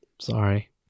sorry